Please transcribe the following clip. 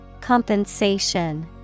Compensation